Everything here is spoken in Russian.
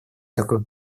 такое